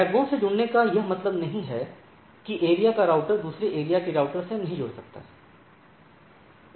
backbone से जुड़ने का यह मतलब नहीं है कि एरिया का राउटर दूसरे एरिया के राउटर से नहीं जुड़ सकता है